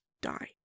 die